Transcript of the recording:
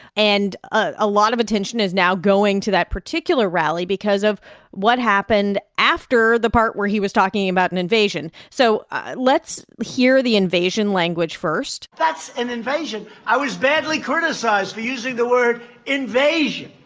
and a lot of attention is now going to that particular rally because of what happened after the part where he was talking about an invasion. so let's hear the invasion language first that's an invasion. i was badly criticized for using the word invasion.